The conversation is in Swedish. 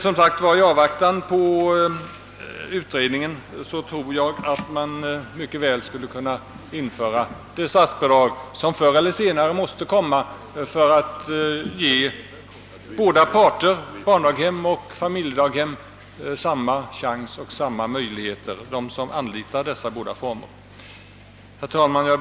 I avvaktan på utredningen tror jag emellertid att man mycket väl skulle kunna införa de statsbidrag som förr eller senare måste komma för att ge samma möjligheter åt dem som anlitar barndaghem respektive familjedaghem. Herr talman!